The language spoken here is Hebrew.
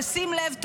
תשים לב טוב,